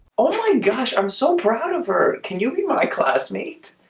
oh my gosh. i'm so proud of her. can you be my classmate?